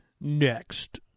Next